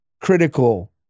critical